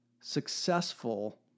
successful